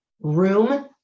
room